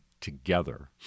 together